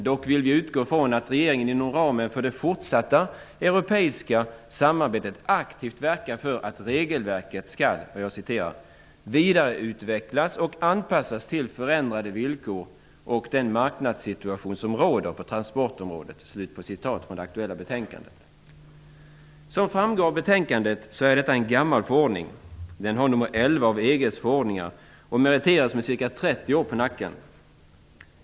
Dock vill vi utgå från att regeringen inom ramen för det fortsatta europeiska samarbetet aktivt verkar för att regelverket skall ''vidareutvecklas och anpassas till förändrade villkor och den marknadssituation som råder på transportområdet''. Som framgår av betänkandet är det en gammal förordning, den har nr 11 av EG:s förordningar och meriteras med ca 30 år på nacken.